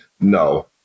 No